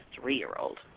three-year-old